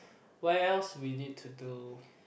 what else we need to do